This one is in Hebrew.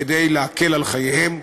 כדי להקל על חייהם,